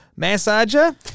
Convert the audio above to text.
massager